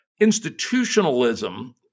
institutionalism